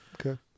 Okay